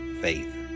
faith